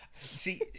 See